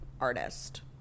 artist